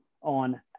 on